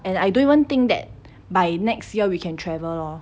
and I don't even think that by next year we can travel lor